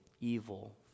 Evil